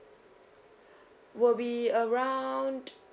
will be around